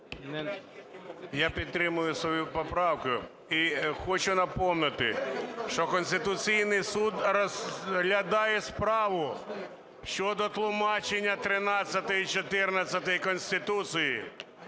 Я підтримую свою поправку і хочу напомнити, що Конституційний Суд розглядає справу щодо тлумачення 13-ї, 14-ї Конституції